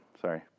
Sorry